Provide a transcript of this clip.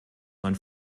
mein